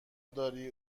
داری